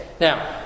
Now